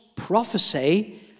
prophecy